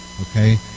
okay